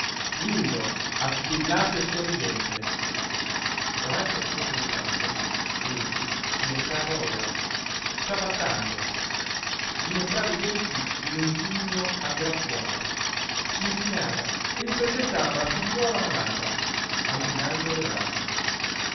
lindo attillato e sorridente davanti a questo ritratto egli si recava ora ciabattando gli mostrava i denti in un ghigno aggraziato s'inchinava e gli presentava la figliuola malata allungando le braccia